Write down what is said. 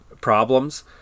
problems